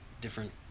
different